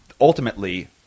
ultimately